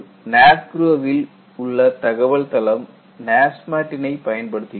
NASGRO வில் உள்ள தகவல்தளம் NASMAT ட்டினை பயன்படுத்துகிறது